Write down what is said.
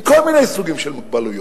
עם כל מיני סוגים של מוגבלויות.